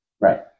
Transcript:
Right